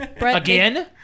Again